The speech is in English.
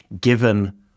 given